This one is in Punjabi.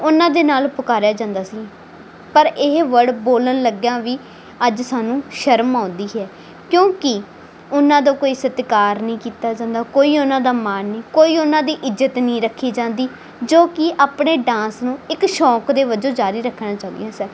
ਉਨ੍ਹਾਂ ਦੇ ਨਾਲ ਪੁਕਾਰਿਆ ਜਾਂਦਾ ਸੀ ਪਰ ਇਹ ਵਰਡ ਬੋਲਣ ਲੱਗਿਆ ਵੀ ਅੱਜ ਸਾਨੂੰ ਸ਼ਰਮ ਆਉਂਦੀ ਹੈ ਕਿਉਂਕੀ ਉਨ੍ਹਾਂ ਦਾ ਕੋਈ ਸਤਿਕਾਰ ਨੀ ਕੀਤਾ ਜਾਂਦਾ ਕੋਈ ਉਨ੍ਹਾਂ ਦਾ ਮਾਣ ਨੀ ਕੋਈ ਉਨ੍ਹਾਂ ਦੀ ਇੱਜਤ ਨੀ ਰੱਖੀ ਜਾਂਦੀ ਜੋ ਕੀ ਆਪਣੇ ਡਾਂਸ ਨੂੰ ਇੱਕ ਸ਼ੌਂਕ ਦੇ ਵਜੋਂ ਜਾਰੀ ਰੱਖਣਾ ਚਾਹੁੰਦੀਆਂ ਸਨ